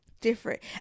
different